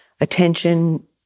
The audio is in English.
attention